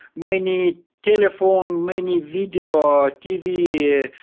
many telephone, many video, um tv ah